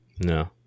No